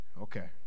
okay